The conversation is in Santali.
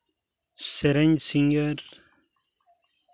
ᱥᱮᱨᱮᱧ ᱥᱤᱝᱜᱟᱹᱨ